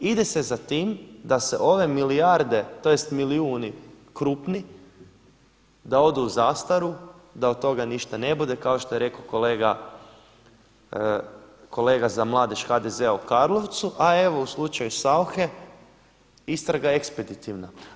Ide se za tim da se ove milijarde, tj. milijuni krupni da odu u zastoru, da od toga ništa ne bude kao što je rekao kolega za mladež HDZ-a u Karlovcu, a evo u slučaju Sauche istraga je ekspeditivna.